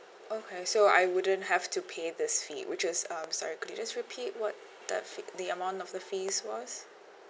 okay so I wouldn't have to pay this fee which is um sorry could you just repeat what that fee the amount of the fee was